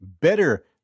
better